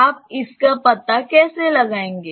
आप इसका पता कैसे लगाएंगे